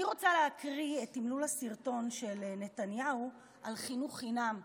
אני רוצה להקריא את תמלול הסרטון של נתניהו על חינוך חינם בבחירות.